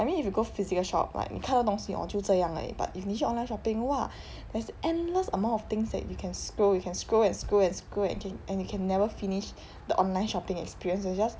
I mean if you go physical shop like 你看东西就 orh 这样而已 but if 你去 online shopping !wah! there's endless amount of things that you can scroll you can scroll and scroll and scroll and and you can never finish the online shopping experience just